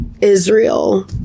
Israel